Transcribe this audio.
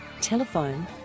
Telephone